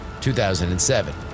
2007